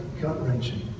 gut-wrenching